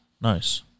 Nice